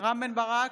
רם בן ברק,